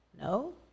No